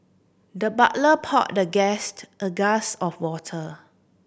the butler poured the guest a glass of water